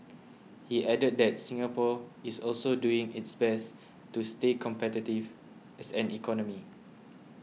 he added that Singapore is also doing its best to stay competitive as an economy